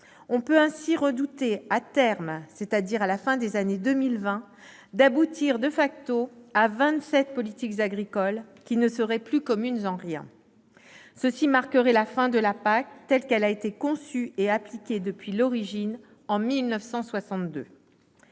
On peut ainsi redouter, à terme, c'est-à-dire à la fin des années 2020, d'aboutir à 27 politiques agricoles qui ne seraient plus communes en rien. Cela marquerait la fin de la PAC telle qu'elle a été conçue et appliquée depuis l'origine, en 1962.